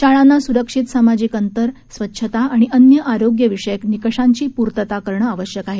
शाळांना सुरक्षित सामाजिक अंतर स्वच्छता आणि अन्य आरोग्यविषयक निकषांची पूर्तता आवश्यक आहे